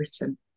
written